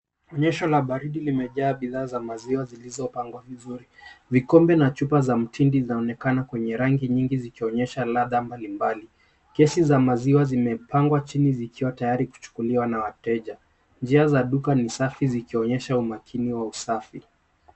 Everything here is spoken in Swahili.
Onyesho la baridi limejaa bidhaa za maziwa zilizopangwa vizuri. Vikombe na chupa za mtindi zinaonekana kwenye rangi nyingi zikionyesha ladha mbalimbali. Kesi za maziwa zimepangwa chini zikiwa tayari kuchukuliwa na wateja. Njia za duka ni safi zikionyesha umakini wa usafi.